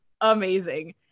amazing